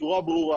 בצורה ברורה.